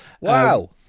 Wow